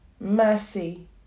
mercy